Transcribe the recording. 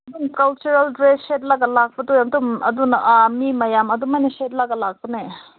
ꯑꯗꯨꯝ cultural dress ꯁꯦꯠꯂꯒ ꯂꯥꯛꯄꯗꯣ ꯑꯗꯨꯝ ꯑꯗꯨꯅ ꯃꯤ ꯃꯌꯥꯝ ꯑꯗꯨꯃꯥꯏꯅ ꯁꯦꯠꯂꯒ ꯂꯥꯛꯄꯅꯦ